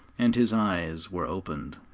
and his eyes were opened.